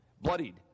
bloodied